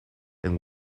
and